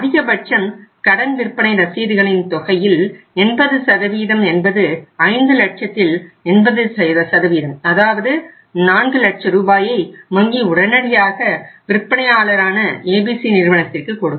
அதிகபட்சம் கடன் விற்பனை ரசீதுகளின் தொகையில் 80 என்பது 5 லட்சத்தில் 80 அதாவது 4 லட்ச ரூபாய் ரூபாயை வங்கி உடனடியாக விற்பனையானளரான ABC நிறுவனத்திற்கு கொடுக்கும்